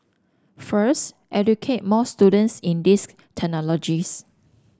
first educate more students in these technologies